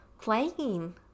playing